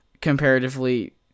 comparatively